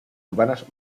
urbanas